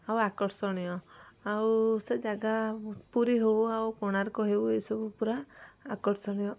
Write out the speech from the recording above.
ଆଉ ଆକର୍ଷଣୀୟ ଆଉ ସେ ଜାଗା ପୁରୀ ହେଉ ଆଉ କୋଣାର୍କ ହେଉ ଏସବୁ ପୁରା ଆକର୍ଷଣୀୟ